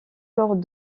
lors